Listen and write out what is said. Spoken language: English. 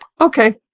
okay